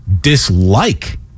dislike